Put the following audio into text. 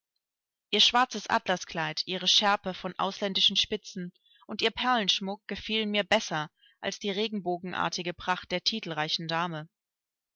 ihr schwarzes atlaskleid ihre schärpe von ausländischen spitzen und ihr perlenschmuck gefielen mir besser als die regenbogenartige pracht der titelreichen dame